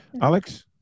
Alex